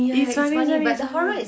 it is funny